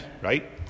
right